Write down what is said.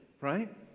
Right